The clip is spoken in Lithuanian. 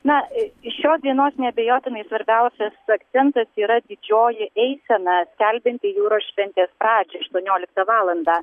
na iš šios dienos neabejotinai svarbiausias akcentas yra didžioji eisena skelbianti jūros šventės pradžią aštuonioliktą valandą